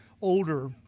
older